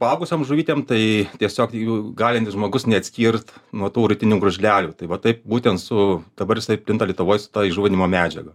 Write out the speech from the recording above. paaugusiom žuvytėm tai tiesiog jų galintis žmogus neatskirt nuo rytinių gružlelių tai va taip būtent su dabar jisai plinta lietuvoj su ta įžuvinimo medžiaga